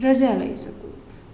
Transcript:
રજા લઈ શકું